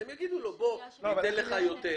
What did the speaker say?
שאז הם יגידו לו: בוא, ניתן לך יותר.